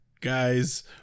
guys